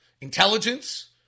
Intelligence